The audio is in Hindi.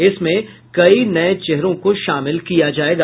इसमें कई नये चेहरों को शामिल किया जायेगा